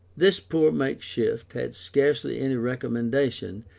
this poor makeshift had scarcely any recommendation,